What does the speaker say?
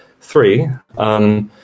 three –